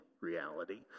reality